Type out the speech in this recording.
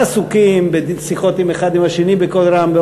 עסוקים בשיחות האחד עם השני בקול רם,